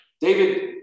David